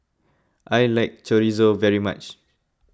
I like Chorizo very much